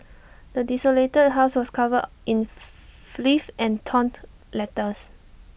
the desolated house was covered in filth and torn letters